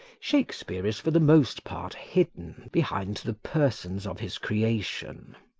shakespeare is for the most part hidden behind the persons of his creation.